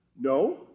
No